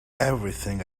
everything